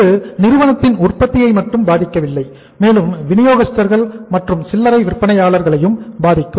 இது நிறுவனத்தின் உற்பத்தியை மட்டும் பாதிக்கவில்லை மேலும் வினியோகஸ்தர்கள் மற்றும் சில்லறை விற்பனையாளர் களையும் பாதிக்கும்